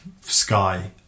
sky